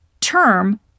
term